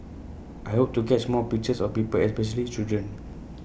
I hope to catch more pictures of people especially children